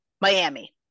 Miami